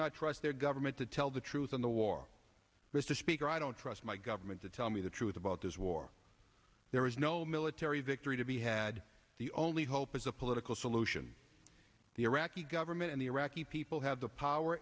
not trust their government to tell the truth on the war mr speaker i don't trust my government to tell me the truth about this war there is no military victory to be had the only hope is a political solution the iraqi government and the iraqi people have the power